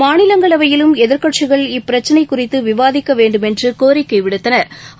மாநிலங்களவையிலும் எதிர்க்கட்சிகள் இப்பிரச்சினைகுறித்துவிவாதிக்கவேண்டுமென்றகோரிக்கைவிடுத்தனா்